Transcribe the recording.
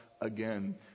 again